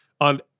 on